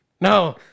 No